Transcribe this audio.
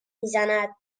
میزند